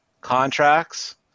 contracts